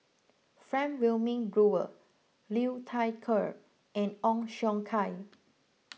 Frank Wilmin Brewer Liu Thai Ker and Ong Siong Kai